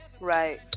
Right